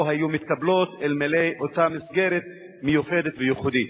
שלא היו מתקבלות אלמלא אותה מסגרת מיוחדת וייחודית.